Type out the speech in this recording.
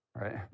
right